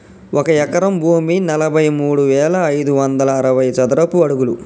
ఒక ఎకరం భూమి నలభై మూడు వేల ఐదు వందల అరవై చదరపు అడుగులు